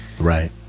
Right